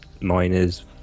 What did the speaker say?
miners